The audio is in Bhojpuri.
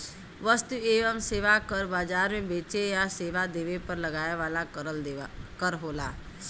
वस्तु एवं सेवा कर बाजार में बेचे या सेवा देवे पर लगाया वाला कर होला